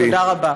תודה רבה.